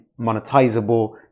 monetizable